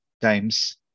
times